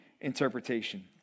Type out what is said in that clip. interpretation